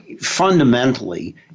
fundamentally